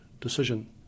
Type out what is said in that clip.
decision